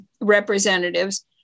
representatives